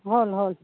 হ'ল হ'ল